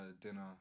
dinner